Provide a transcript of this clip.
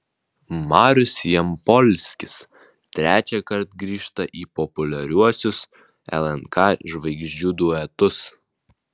marius jampolskis trečiąkart grįžta į populiariuosius lnk žvaigždžių duetus